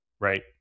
Right